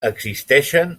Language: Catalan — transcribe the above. existeixen